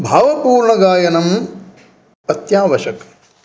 भावपूर्णगायनम् अत्यावश्यकम्